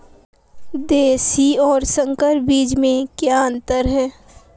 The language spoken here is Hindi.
देशी और संकर बीज में क्या अंतर है?